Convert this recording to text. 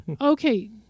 Okay